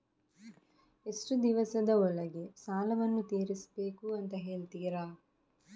ಎಷ್ಟು ದಿವಸದ ಒಳಗೆ ಸಾಲವನ್ನು ತೀರಿಸ್ಬೇಕು ಅಂತ ಹೇಳ್ತಿರಾ?